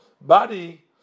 body